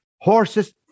horses